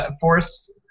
forced